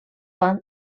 van